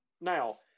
Now